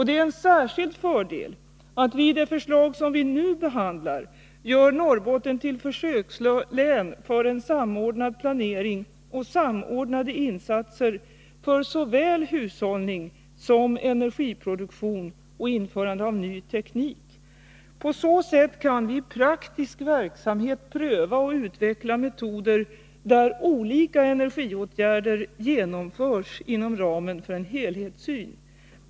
Det är en särskild fördel att vi i det förslag som vi nu behandlar gör Norrbotten till försökslän för en samordnad planering och samordnade insatser för såväl hushållning som energiproduktion och införande av ny teknik. På så sätt kan vi i praktisk verksamhet pröva och utveckla metoder där olika energiåtgärder genomförs inom ramen för en helhetssyn.